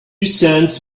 cents